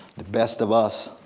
the best of us,